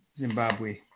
Zimbabwe